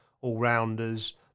all-rounders